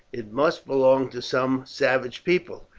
it must belong to some savage people.